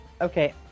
Okay